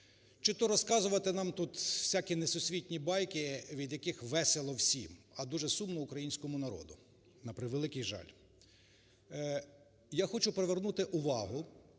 чи то розказувати нам тут всякі несусвітні байки, від яких весело всім. А дуже сумно українському народу, на превеликий жаль. Я хочу привернути увагу